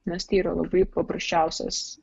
nes tai yra labai paprasčiausias